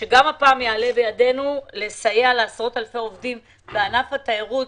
שגם הפעם יעלה בידנו לסייע לעשרות אלפי עובדים בענף התיירות,